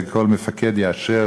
וכל מפקד יאשר,